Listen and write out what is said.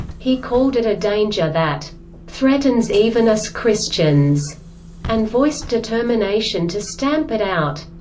he called it a danger that threatens even us christians and voiced determination to stamp it out.